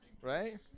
Right